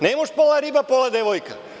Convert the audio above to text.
Ne može pola riba, pola devojka.